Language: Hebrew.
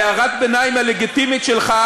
הערת הביניים הלגיטימית שלך